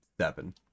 Seven